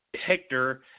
Hector